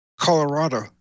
Colorado